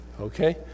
Okay